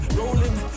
rolling